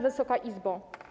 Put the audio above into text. Wysoka Izbo!